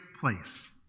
place